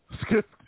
skip